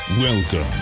Welcome